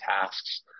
tasks